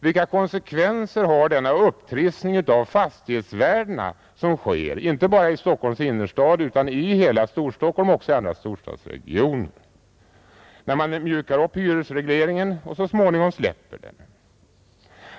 Vilka konsekvenser får den upptrissning av fastighetsvärdena som sker — inte bara i Stockholms innerstad utan i hela Storstockholm och också i andra storstadsregioner — när man mjukar upp hyresregleringen och så småningom släpper den?